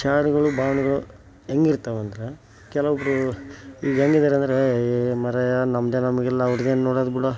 ವಿಚಾರಗಳು ಭಾವನೆಗಳು ಹೇಗಿರ್ತಾವಂದ್ರ ಕೆಲವೊಬ್ಬರು ಈಗ ಹೇಗಿದ್ದಾರಂದ್ರೆ ಏಯ್ ಮಾರಾಯಾ ನಮ್ಮದೇ ನಮಗಿಲ್ಲ ಅವ್ರದ್ದೇನು ನೋಡೋದ್ ಬಿಡೋ